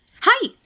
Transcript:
Hi